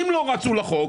אם לא רצו לחוק,